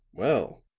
well,